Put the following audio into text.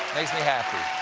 makes me happy,